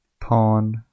pawn